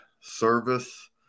service